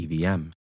EVM